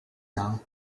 now